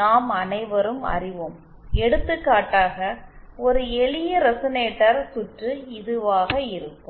நாம் அனைவரும் அறிவோம் எடுத்துக்காட்டாக ஒரு எளிய ரெசனேட்டர் சுற்று இதுவாக இருக்கும்